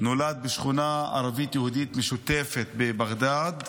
נולד בשכונה ערבית-יהודית משותפת בבגדד,